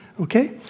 Okay